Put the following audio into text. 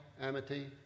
Amity